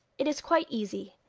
it is quite easy.